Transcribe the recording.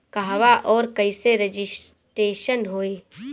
कहवा और कईसे रजिटेशन होई?